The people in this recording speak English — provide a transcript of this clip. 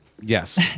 Yes